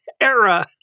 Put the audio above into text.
era